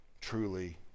truly